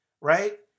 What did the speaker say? right